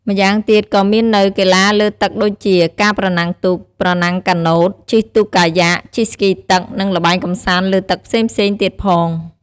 ម្យ៉ាងទៀតក៏មាននៅ កីឡាលើទឹកដូចជា ការប្រណាំងទូក ប្រណាំងកាណូត ជិះទូកកាយ៉ាក ជិះស្គីទឹក និងល្បែងកម្សាន្តលើទឹកផ្សេងៗទៀតផង។